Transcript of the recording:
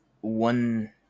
one